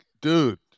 dude